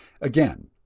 again